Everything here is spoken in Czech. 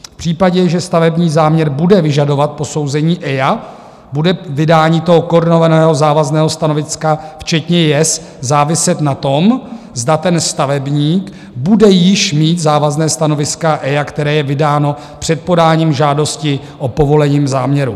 V případě, že stavební záměr bude vyžadovat posouzení EIA, bude vydání toho koordinovaného závazného stanoviska včetně JES záviset na tom, zda stavebník bude již mít závazné stanovisko EIA, které je vydáno před podáním žádosti o povolení záměru.